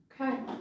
Okay